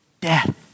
death